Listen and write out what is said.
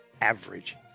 Average